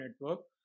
network